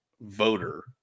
voter